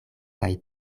kaj